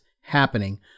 happening